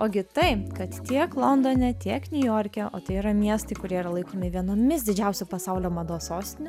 ogi tai kad tiek londone tiek niujorke o tai yra miestai kurie yra laikomi vienomis didžiausių pasaulio mados sostinių